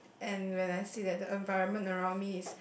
and when I say that the environment around me is